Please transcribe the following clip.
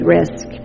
risk